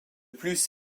plus